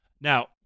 Now